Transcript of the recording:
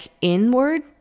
inward